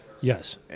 yes